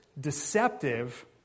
deceptive